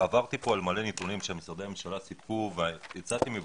עברתי כאן את נתונים רבים שסיפקו משרדי הממשלה ויצאתי מבולבל.